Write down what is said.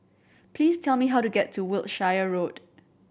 please tell me how to get to Wiltshire Road